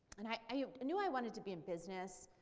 and i i knew i wanted to be in business,